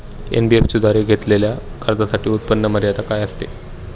NBFC द्वारे घेतलेल्या कर्जासाठी उत्पन्न मर्यादा काय असते?